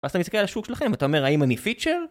אז אתה מסתכל על השוק שלכם ואתה אומר האם אני פיצ'ר?